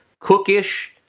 Cookish